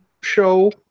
show